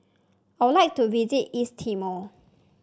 I would like to visit East Timor